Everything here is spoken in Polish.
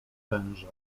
wężę